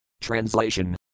Translation